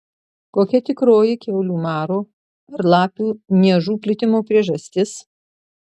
kokia tikroji kiaulių maro ar lapių niežų plitimo priežastis